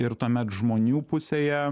ir tuomet žmonių pusėje